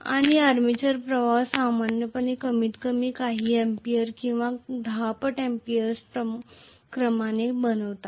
आणि आर्मेचर प्रवाह सामान्यपणे कमीतकमी काही अॅम्पीयर किंवा काही दहापट अॅम्पीर्सच्या क्रमाने बनतात